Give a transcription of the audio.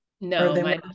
No